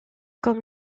comme